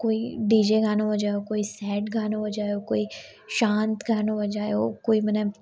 कोई D J गानो वजायो कोई सैड गानो वजायो कोई शांत गानो वजायो कोई मना